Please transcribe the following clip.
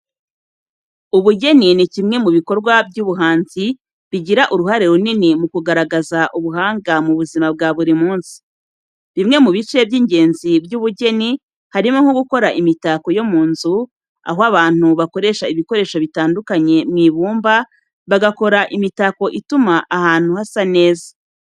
Ubugeni ni kimwe mu bikorwa by'ubuhanzi bigira uruhare runini mu kugaragaza ubuhanga mu buzima bwa buri munsi. Bimwe mu bice by'ingenzi by'ubugeni harimo no gukora imitako yo mu nzu, aho abantu bakoresha ibikoresho bitandukanye mu ibumba, bagakora imitako ituma ahantu hasa neza.